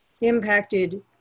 impacted